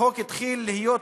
החוק התחיל להיות,